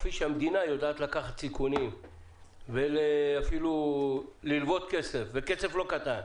כפי שהמדינה יודעת לקחת סיכונים ואפילו ללוות כסף וכסף לא קטן,